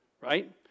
right